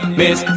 miss